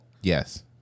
Yes